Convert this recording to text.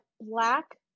black